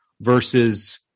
versus